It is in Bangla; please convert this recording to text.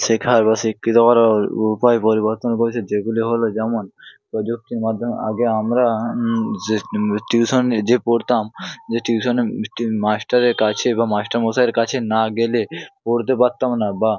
শেখার বা শিক্ষিত করার উপায় পরিবর্তন করেছে যেগুলি হল যেমন প্রযুক্তির মাধ্যমে আগে আমরা যে টিউশন যে পড়তাম যে টিউশনে একটি মাস্টারের কাছে বা মাস্টার মশাইয়ের কাছে না গেলে পড়তে পারতাম না বা